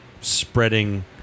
spreading